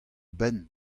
benn